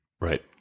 Right